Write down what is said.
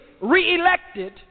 re-elected